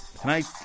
Tonight